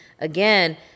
again